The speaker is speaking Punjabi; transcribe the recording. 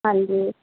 ਹਾਂਜੀ